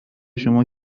شما